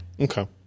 Okay